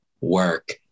work